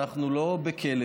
אנחנו לא בכלא,